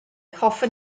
hoffwn